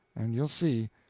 and you'll see.